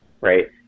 right